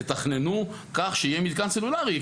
תתכננו כך שיהיה מתקן סלולרי,